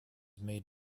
made